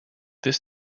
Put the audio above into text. this